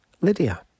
Lydia